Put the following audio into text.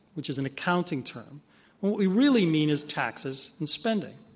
which is an accounting term, when what we really mean is taxes and spending.